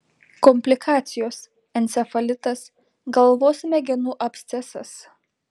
komplikacijos encefalitas galvos smegenų abscesas